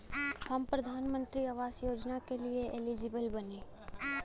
हम प्रधानमंत्री आवास योजना के लिए एलिजिबल बनी?